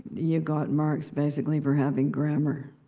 you got marks basically for having grammar.